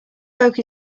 folk